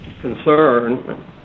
concern